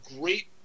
great